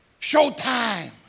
showtime